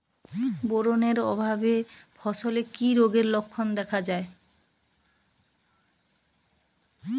Boron এর অভাবে ফসলে কি রোগের লক্ষণ দেখা যায়?